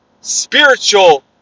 spiritual